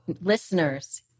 listeners